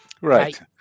Right